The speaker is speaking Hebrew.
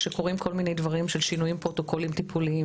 כשקורים כל מיני דברים של שינויים פרוטוקוליים טיפוליים,